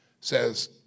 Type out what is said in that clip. says